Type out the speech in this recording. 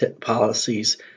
policies